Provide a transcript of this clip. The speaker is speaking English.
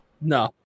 no